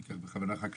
ניקח בכוונה חקלאות,